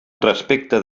respecte